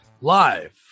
live